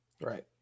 Right